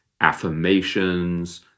affirmations